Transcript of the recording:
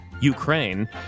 Ukraine